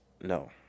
No